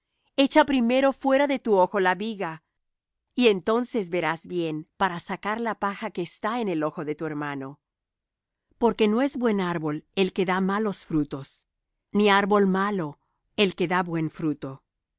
echa primero fuera de tu ojo la viga y entonces verás bien para sacar la paja que está en el ojo de tu hermano porque no es buen árbol el que da malos frutos ni árbol malo el que da buen fruto